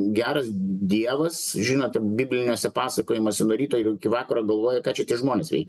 geras dievas žinote bibliniuose pasakojimuose nuo ryto iki vakaro galvoja kad čia tie žmonės veikia